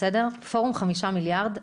פורום חמישה מיליארד,